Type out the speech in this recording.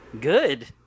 good